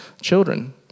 Children